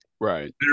right